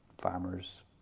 farmers